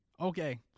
Okay